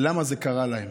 למה זה קרה להם?